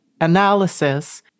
analysis